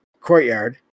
courtyard